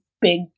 big